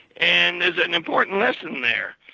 and there's an important lesson there.